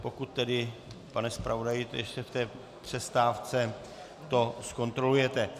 Pokud tedy, pane zpravodaji, ještě v té přestávce to zkontrolujete.